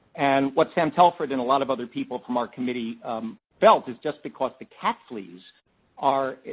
and what sam telford and a lot of other people from our committee felt is, just because the cat fleas are,